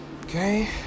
Okay